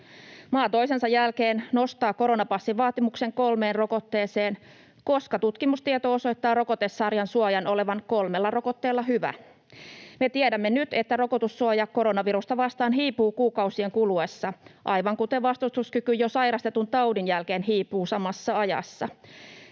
Maa toisensa jälkeen nostaa koronapassivaatimuksen kolmeen rokotteeseen, koska tutkimustieto osoittaa rokotesarjan suojan olevan kolmella rokotteella hyvä. Me tiedämme nyt, että rokotussuoja koronavirusta vastaan hiipuu kuukausien kuluessa, aivan kuten vastustuskyky jo sairastetun taudin jälkeen hiipuu samassa ajassa.